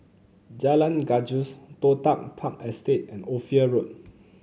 Jalan Gajus Toh Tuck Park Estate and Ophir Road